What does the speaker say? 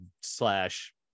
slash